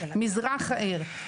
מזרח העיר,